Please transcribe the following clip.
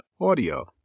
audio